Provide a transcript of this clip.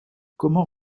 comment